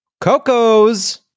Coco's